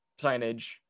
signage